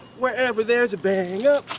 wherever there's a but hang up,